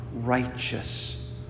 righteous